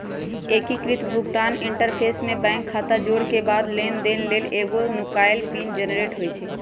एकीकृत भुगतान इंटरफ़ेस में बैंक खता जोरेके बाद लेनदेन लेल एगो नुकाएल पिन जनरेट होइ छइ